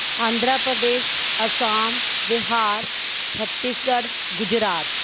Andhra Pradesh Assam Bihar Chhattisgarh Gujarat